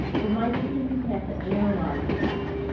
but my students have to analyze things.